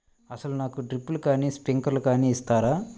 అసలు నాకు డ్రిప్లు కానీ స్ప్రింక్లర్ కానీ ఇస్తారా?